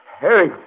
Harry